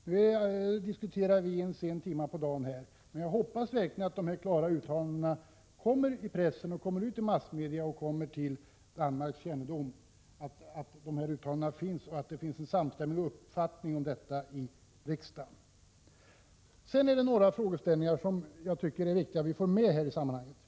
Nu diskuterar vi rätt sent på dagen, men jag hoppas verkligen att statsrådets klara uttalanden kommer i pressen och massmedia och kommer till Danmarks kännedom, liksom att det finns en samstämmig uppfattning om detta i riksdagen. Till sist är det några frågeställningar som är viktiga att få med i sammanhanget.